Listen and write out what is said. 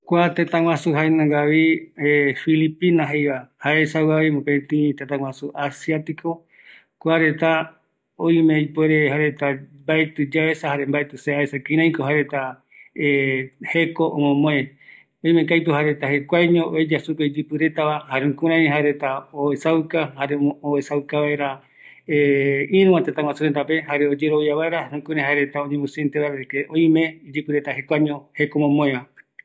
Kua tëtä filipina jeeva, jaevi asia pegua, ïimeko aipo jaereta jekuaeño iyɨpɨ reta jeko omomoë, omboete, oaɨu reve, mbaetɨ aesa jare aikua kïraïeteiko jaereta oesauka jeko retava